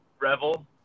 Revel